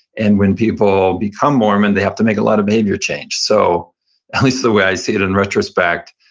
and when people become mormon, they have to make a lot of behavior change. so at least the way i see it in retrospect,